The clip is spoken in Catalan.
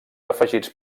afegits